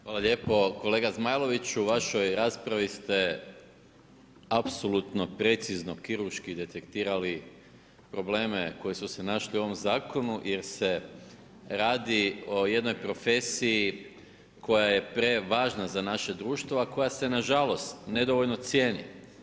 Hvala lijepo Zmajloviću, u vašoj raspravi ste apsolutno precizno kirurški detektirali probleme koji su se našli u ovom zakonu, jer se radi o jednoj profesiji koja je prevažna za naše društvo, a koja se nažalost nedovoljno cijeni.